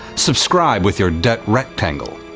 subscribe with your debt rectangle,